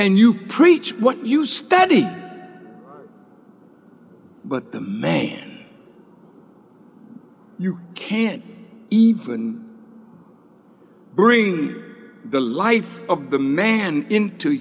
and you preach what you study but that man you can't even bring the life of the man into